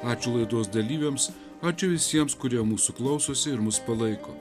ačiū laidos dalyviams ačiū visiems kurie mūsų klausosi ir mus palaiko